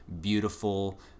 beautiful